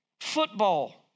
Football